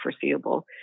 foreseeable